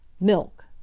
MILK